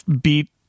beat